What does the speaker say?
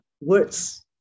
words